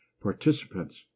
participants